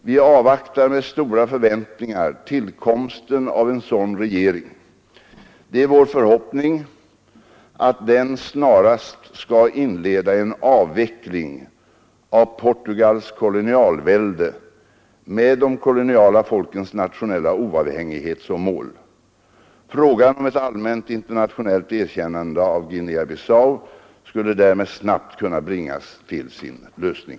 Vi avvaktar med stora förväntningar tillkomsten av en sådan regering. Det är vår förhoppning, att den snarast skall inleda en avveckling av Portugals kolonialvälde med de koloniala folkens nationella oavhängighet som mål. Frågan om ett allmänt internationellt erkännande av Guinea-Bissau skulle därmed snabbt kunna bringas till sin lösning.